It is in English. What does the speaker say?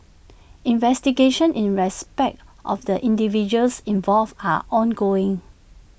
investigations in respect of the individuals involved are ongoing